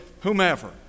whomever